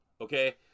Okay